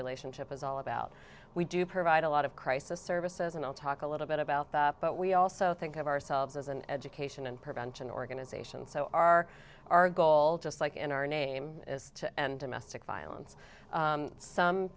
relationship is all about we do provide a lot of crisis services and i'll talk a little bit about that but we also think of ourselves as an education and prevention organization so our our goal just like in our name is to end domestic violence some